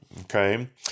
Okay